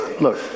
look